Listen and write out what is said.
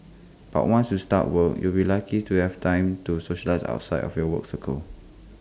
but once you start work you'll be lucky to have time to socialise outside of your work circle